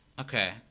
Okay